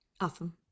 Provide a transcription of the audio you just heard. Awesome